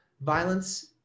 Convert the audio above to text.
violence